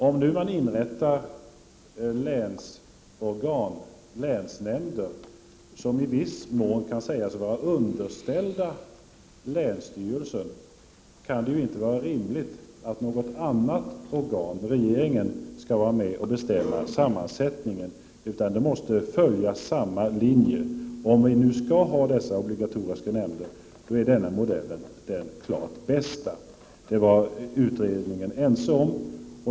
Om det nu inrättas länsorgan, länsnämnder, som i viss mån kan sägas vara underställda länsstyrelsen, kan det inte vara rimligt att något annat organ — regeringen — skall vara med och bestämma sammansättningen, utan det måste följa samma linje. Om vi skall ha dessa obligatoriska nämnder är den modellen den klart bästa. Det var också utredningen ense om.